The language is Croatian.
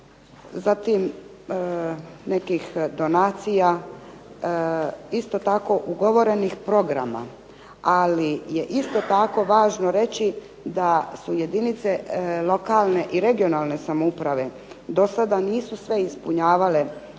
zatim nekih donacija, isto tako ugovorenih programa ali je isto tako važno reći da su jedinice lokalne i regionalne samouprave do sada nisu sve ispunjavale